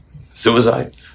suicide